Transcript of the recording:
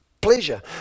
pleasure